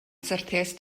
syrthiaist